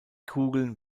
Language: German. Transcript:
kugeln